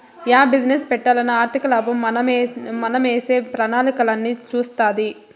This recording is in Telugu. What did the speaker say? యా బిజీనెస్ పెట్టాలన్నా ఆర్థికలాభం మనమేసే ప్రణాళికలన్నీ సూస్తాది